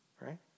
right